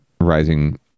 rising